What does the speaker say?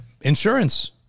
insurance